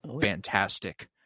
fantastic